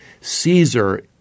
Caesar